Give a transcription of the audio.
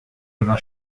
una